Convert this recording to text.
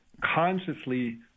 consciously